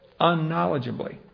unknowledgeably